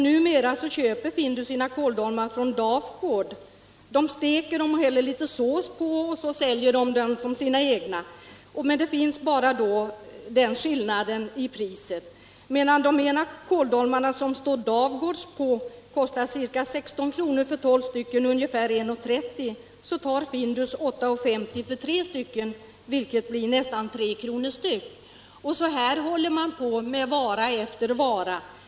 Numera köper Findus sina kåldolmar från Dafgårds. Man steker dem och häller litet sås på dem, och så säljer man dem som sina egna. Skillnaden syns bara på priset. Medan de kåldolmar som det står Dafgårds på kostar ca 16 kr. för 12 stycken — ungefär 1:30 per styck — tar Findus 8:50 kr. för 3 stycken, vilket blir nästan 3 kr. per styck. Så här håller man på med vara efter vara.